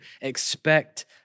expect